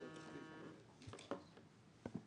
יש לך שאלה?